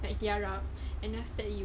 like tiarap and then after that you